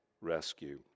rescue